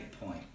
point